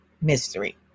mystery